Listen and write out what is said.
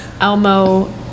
Elmo